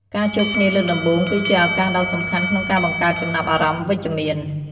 ការជួបគ្នាលើកដំបូង គឺជាឱកាសដ៏សំខាន់ក្នុងការបង្កើតចំណាប់អារម្មណ៍វិជ្ជមាន។